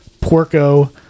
Porco